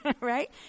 right